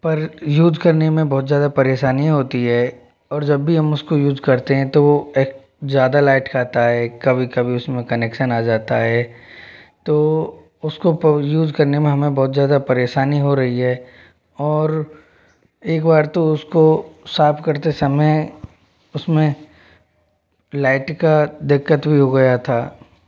पर करने में बहुत ज़्यादा परेशानी होती है और जब भी हम उसको युज करते हैं तो वो ज़्यादा लाइट खाता है कभी कभी उसमें कनेक्शन आ जाता है तो उसको युज करने में हमें बहुत ज़्यादा परेशानी हो रही है और एक बार तो उसको साफ करते समय उसमें लाइट का दिक्कत भी हो गया था